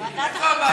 אתה מדבר על שיימינג.